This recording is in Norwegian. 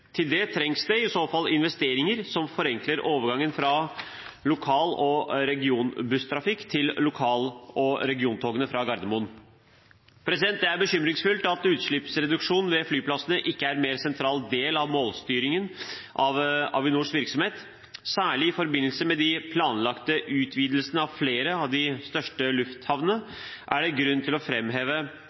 Til det trengs det i så fall investeringer som forenkler overgangen fra lokal- og regionbusstrafikken til lokal- og regiontogene fra Gardermoen. Det er bekymringsfullt at utslippsreduksjon ved flyplassene ikke er en mer sentral del av målstyringen av Avinors virksomhet. Særlig i forbindelse med de planlagte utvidelsene av flere av de største lufthavnene er det grunn til å